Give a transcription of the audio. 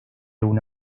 una